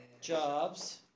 jobs